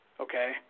Okay